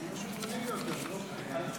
לפני כמה ימים, כשהיינו בסערת חוק מינוי הרבנים,